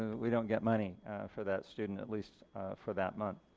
we don't get money for that student at least for that month.